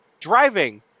driving